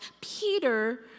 Peter